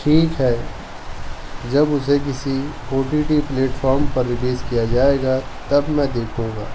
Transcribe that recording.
ٹھیک ہے جب اسے کسی او ٹی ٹی پلیٹفام پر ریلیز کیا جائے گا تب میں دیکھوں گا